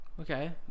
Okay